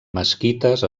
mesquites